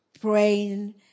praying